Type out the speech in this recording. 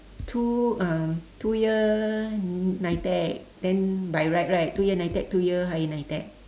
two uh two year NITEC then by right right two year NITEC two year higher NITEC